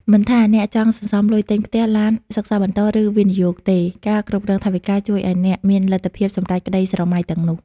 មិនថាអ្នកចង់សន្សំលុយទិញផ្ទះ ឡាន សិក្សាបន្ត ឬវិនិយោគទេ ការគ្រប់គ្រងថវិកាជួយឱ្យអ្នកមានលទ្ធភាពសម្រេចក្តីស្រមៃទាំងនោះ។